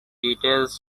details